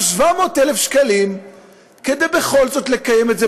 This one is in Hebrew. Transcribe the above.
700,000 שקלים כדי בכל זאת לקיים את זה,